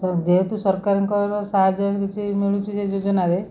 ଯେହେତୁ ସରକାରଙ୍କର ସାହାଯ୍ୟ କିଛି ମିଳୁଛି ସେ ଯୋଜନାରେ